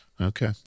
Okay